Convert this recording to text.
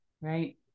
Right